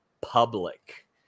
public